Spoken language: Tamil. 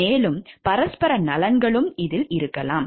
மேலும் பரஸ்பர நலன்கள் இருக்கலாம்